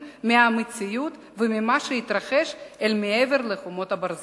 מהמציאות וממה שהתרחש מעבר לחומות הברזל.